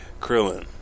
Krillin